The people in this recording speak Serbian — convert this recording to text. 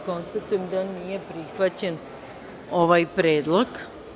Konstatujem da nije prihvaćen ovaj predlog.